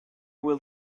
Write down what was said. will